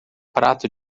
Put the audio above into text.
prato